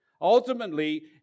Ultimately